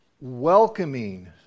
welcoming